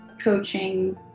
coaching